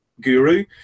guru